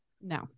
No